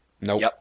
nope